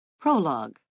Prologue